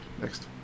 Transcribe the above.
Next